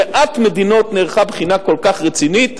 במעט מדינות נערכה בחינה כל כך רצינית,